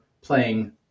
playing